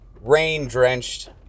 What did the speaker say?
rain-drenched